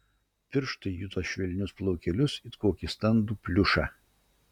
pirštai juto švelnius plaukelius it kokį standų pliušą